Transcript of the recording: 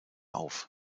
auf